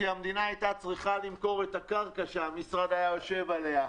כי המדינה הייתה צריכה למכור את הקרקע שהמשרד היה יושב עליה,